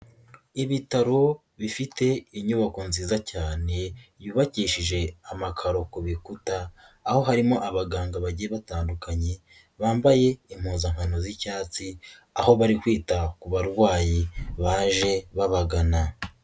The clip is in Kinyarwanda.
Ibitaro bifite inyubako nziza cyane yubakishije amakaro ku bikuta, aho harimo abaganga bagiye batandukanye bambaye impuzankano z'icyatsi aho bari kwita ku barwayi baje babagana.